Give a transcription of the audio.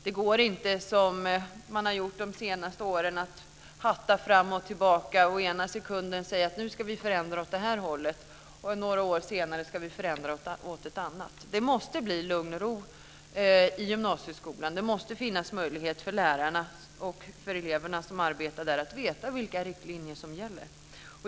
Det går inte att hatta fram och tillbaka som vi har gjort de senaste åren. Ett år säger vi att vi ska förändra åt ett håll. Några år senare ska vi förändra åt ett annat. Det måste bli lugn och ro i gymnasieskolan. Det måste finnas möjlighet för lärarna och eleverna som arbetar där att veta vilka riktlinjer som gäller.